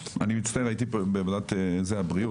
אני מצטער הייתי פה בוועדת הבריאות.